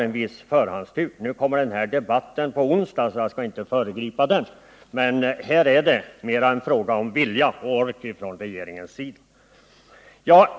Debatten om denna fråga kommer att äga rum på onsdag, varför jag inte skall föregripa denna. Här är det dock mera en fråga om vilja från regeringens sida.